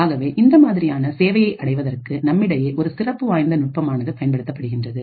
ஆகவே இந்த மாதிரியான சேவையை அடைவதற்கு நம்மிடையே ஒரு சிறப்புவாய்ந்த நுட்பமானது பயன்படுத்தப்படுகின்றது